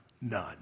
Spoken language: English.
None